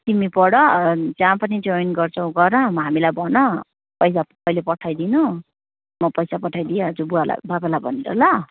तिमी पढ जहाँ पनि जोइन गर्छौ गर हामीलाई भन पैसा कहिले पठाइदिनु म पैसा पठाइदिइ हाल्छु बुवालाई बाबालाई भनेर ल